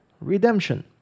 redemption